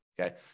okay